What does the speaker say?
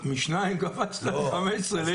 משניים קפצת ל-15, לייזר.